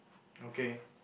okay